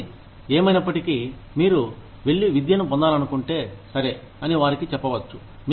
కానీ ఏమైనప్పటికీ మీరు వెళ్లి విద్యను పొందాలనుకుంటే సరే అని వారికి చెప్పవచ్చు